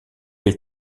les